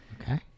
Okay